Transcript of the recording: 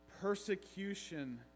Persecution